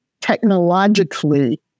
technologically